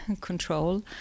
control